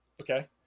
Okay